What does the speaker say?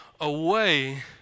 away